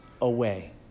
away